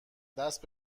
دست